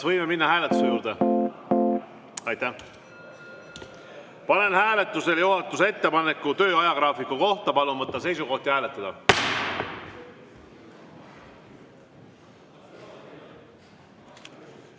võime minna hääletuse juurde? Panen hääletusele juhatuse ettepaneku töö ajagraafiku kohta. Palun võtta seisukoht ja hääletada!